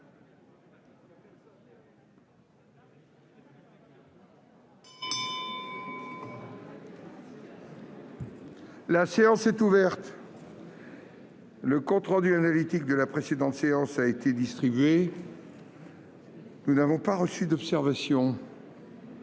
La séance est ouverte. Le compte rendu analytique de la précédente séance a été distribué. Il n'y a pas d'observation